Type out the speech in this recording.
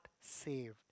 saved